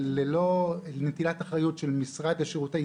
אבל ללא נטילת אחריות של משרד לשירותי